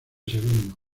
segundo